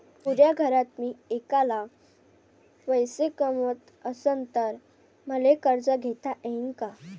पुऱ्या घरात मी ऐकला पैसे कमवत असन तर मले कर्ज घेता येईन का?